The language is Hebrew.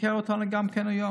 תשקר גם לנו היום.